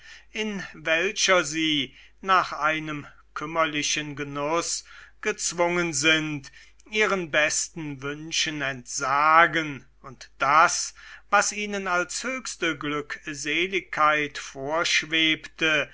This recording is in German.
in welcher sie nach einem kümmerlichen genuß gezwungen sind ihren besten wünschen entsagen und das was ihnen als höchste glückseligkeit vorschwebte